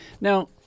Now